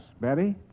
Betty